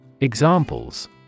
Examples